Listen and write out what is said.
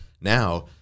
now